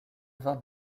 vin